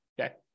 Okay